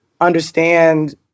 understand